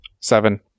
Seven